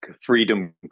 freedom